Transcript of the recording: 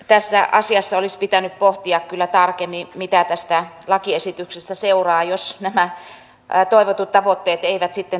tässä asiassa olisi pitänyt pohtia kyllä tarkemmin mitä tästä lakiesityksestä seuraa jos nämä toivotut tavoitteet eivät sitten toteudukaan